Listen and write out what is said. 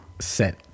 set